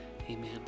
Amen